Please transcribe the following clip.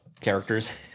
characters